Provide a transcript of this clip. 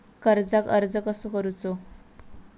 कर्जाक अर्ज कसो करूचो?